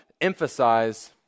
emphasize